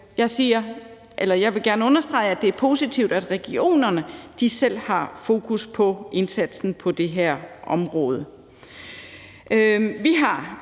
jeg vil gerne understrege, at det er positivt, at regionerne selv har fokus på indsatsen på det her område.